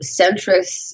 centrist